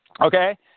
Okay